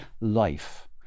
life